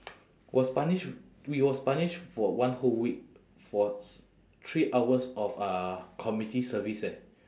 was punish we was punish for one whole week for three hours of uh community service eh